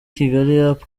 kigaliup